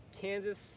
Kansas